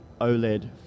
OLED